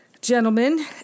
gentlemen